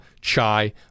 chai